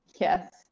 Yes